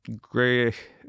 Great